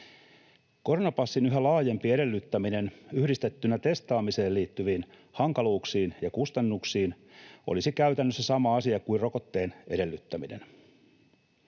Koronapassin yhä laajempi edellyttäminen yhdistettynä testaamiseen liittyviin hankaluuksiin ja kustannuksiin olisi käytännössä sama asia kuin rokotteen edellyttäminen.